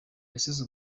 yasize